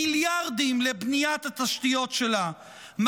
מיליארדים לבניית התשתיות שלה,